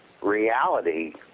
reality